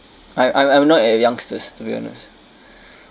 I I'm I'm not a youngsters to be honest